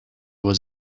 was